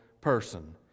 person